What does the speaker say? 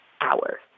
hours